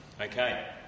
Okay